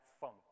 funk